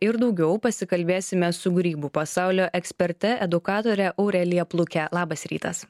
ir daugiau pasikalbėsime su grybų pasaulio eksperte edukatore aurelija pluke labas rytas